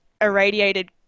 irradiated